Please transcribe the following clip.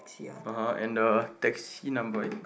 (uh huh) and the taxi number